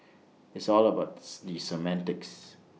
it's all about the semantics